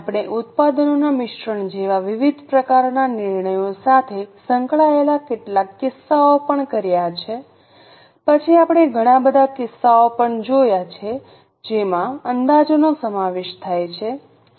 આપણે ઉત્પાદનોના મિશ્રણ જેવા વિવિધ પ્રકારનાં નિર્ણયો સાથે સંકળાયેલા કેટલાક કિસ્સાઓ પણ કર્યા છે પછી આપણે ઘણા બધા કિસ્સાઓ પણ જોયા છે જેમાં અંદાજોનો સમાવેશ થાય છે